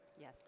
Yes